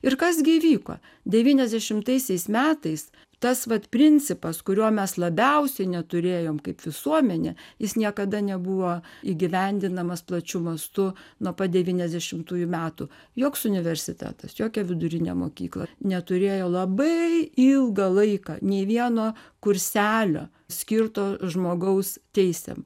ir kas gi vyko devyniasdešimtaisiais metais tas vat principas kurio mes labiausiai neturėjom kaip visuomenė jis niekada nebuvo įgyvendinamas plačiu mastu nuo pat devyniasdešimtųjų metų joks universitetas jokia vidurinė mokykla neturėjo labai ilgą laiką nei vieno kurselio skirto žmogaus teisėms